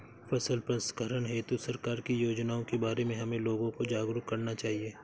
फसल प्रसंस्करण हेतु सरकार की योजनाओं के बारे में हमें लोगों को जागरूक करना चाहिए